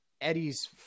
Eddie's